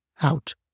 Out